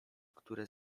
które